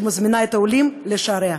שמזמינה את העולים לשעריה.